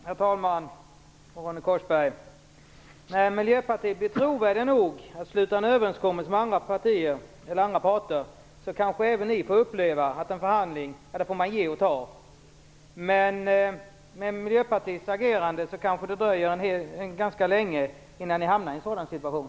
Herr talman! När miljöpartisterna blir trovärdiga nog att träffa överenskommelser med andra parter får även de uppleva att en förhandling både ger och tar. Med miljöpartisternas agerande kanske det dröjer ganska länge innan de hamnar i en sådan situation.